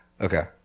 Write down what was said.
Okay